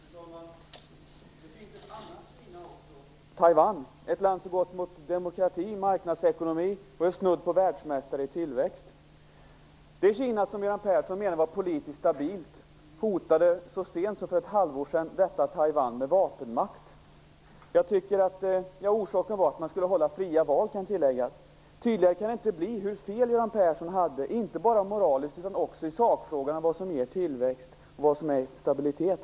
Fru talman! Det finns också ett annat Kina, nämligen Taiwan. Det är ett land som går mot demokrati och marknadsekonomi. Man är nu snudd på världsmästare i tillväxt. Det Kina som Göran Persson ansåg vara politiskt stabilt hotade så sent som för ett halvår sedan Taiwan med vapenmakt. Orsaken var att man skulle hålla fria val i Taiwan. Tydligare kan det inte bli hur fel Göran Persson hade, inte bara moraliskt utan också i sak när det gäller frågan om vad som är tillväxt och vad som är stabilitet.